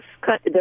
cut